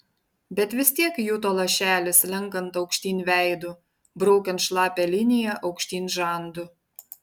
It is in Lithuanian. bet vis tiek juto lašelį slenkant aukštyn veidu braukiant šlapią liniją aukštyn žandu